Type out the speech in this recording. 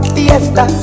Fiesta